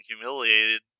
humiliated